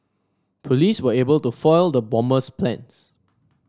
police were able to foil the bomber's plans